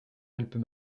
alpes